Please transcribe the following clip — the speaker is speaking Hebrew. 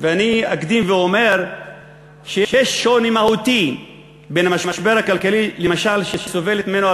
ואני אקדים ואומר שיש שוני מהותי בין המשבר הכלכלי שסובלות ממנו,